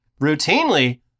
routinely